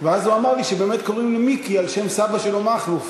ואז הוא אמר לי שבאמת קוראים לו מיקי על שם סבא שלו מכלוף.